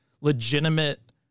legitimate